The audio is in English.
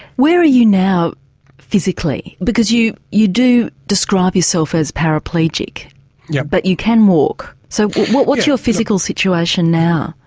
where are you now physically, because you you do describe yourself as paraplegic yeah but you can walk, so what's your physical situation now?